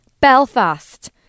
Belfast